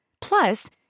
Plus